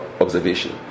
observation